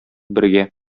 бергә